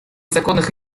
законных